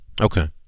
Okay